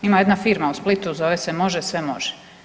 Ima jedna firma u Splitu zove se „Može, sve može“